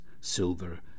silver